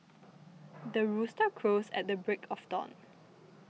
the rooster crows at the break of dawn